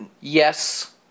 yes